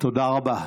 תודה רבה.